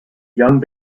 young